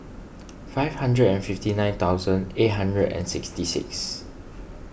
five hundred and fifty nine thousand eight hundred and sixty six